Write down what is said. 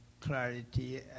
clarity